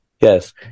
Yes